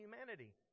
humanity